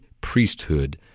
priesthood